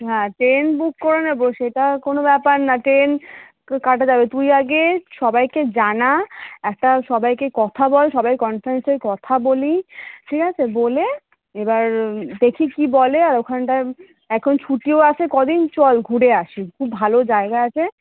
হ্যাঁ train book করে নেবো সেটা কোনো ব্যাপার না ট্রেন কা কাটা যাবে তুই আগে সবাইকে জানা একটা সবাইকে কথা বল সবাই কনফারেন্সে কথা বলি ঠিক আছে বলে এবার দেখি কী বলে আর ওখানটায় এখন ছুটিও আছে ক দিন চল ঘুরে আসি খুব ভালো জায়গা আছে